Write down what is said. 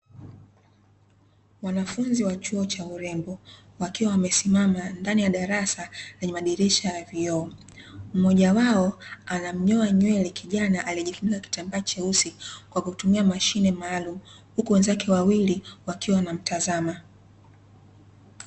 Wanafunzi wa chuo cha urembo wakiwa wamesimama ndani ya darasa yenye madirisha ya vioo, mmoja wao anamnyoa nywele kijana aliejifunika kitambaa cheusi kwa kutumia mashine maalumu huku wenzake wawili wakiwa wanamtazama.